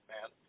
man